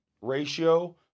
ratio